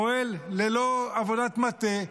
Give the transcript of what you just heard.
פועל ללא עבודת מטה,